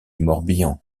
morbihan